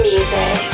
Music